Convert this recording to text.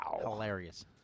Hilarious